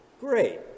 Great